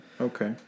okay